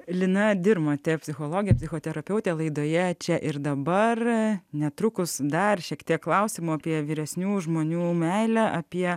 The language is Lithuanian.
lina dirmotė psichologė psichoterapeutė laidoje čia ir dabar netrukus dar šiek tiek klausimo apie vyresnių žmonių meilę apie